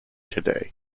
today